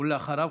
ואחריו,